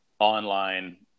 online